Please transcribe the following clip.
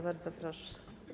Bardzo proszę.